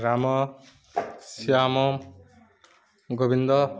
Ram Shyam Gobinda